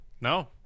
No